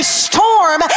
storm